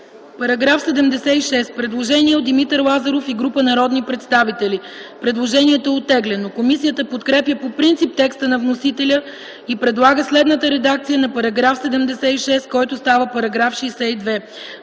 По § 75 има предложение от Димитър Лазаров и група народни представители. Предложението е оттеглено. Комисията подкрепя по принцип текста на вносителя и предлага следната редакция на § 75, който става § 60: „§ 60.